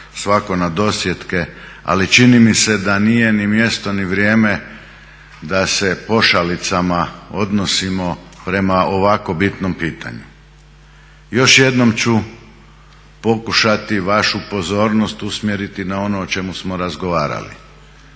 svatko na dosjetke, ali čini mi se da nije ni mjesto ni vrijeme da se pošalicama odnosimo prema ovako bitnom pitanju. Još jednom ću pokušati vašu pozornost usmjeriti na ono o čemu smo razgovarali.